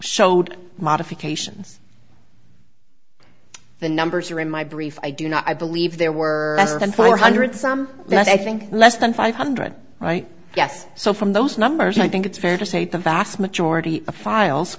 showed modifications the numbers are in my brief i do not i believe there were less than four hundred some but i think less than five hundred right yes so from those numbers i think it's fair to say that the vast majority of files